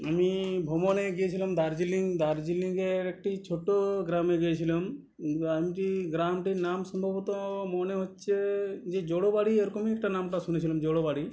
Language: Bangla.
আমি ভ্রমণে গিয়েছিলাম দার্জিলিং দার্জিলিংয়ের একটি ছোট গ্রামে গিয়েছিলাম গ্রামটি গ্রামটির নাম সম্ভবত মনে হচ্ছে যে জরবাড়ি এরকমই একটা নামটা শুনেছিলাম জরবাড়ি